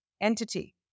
entity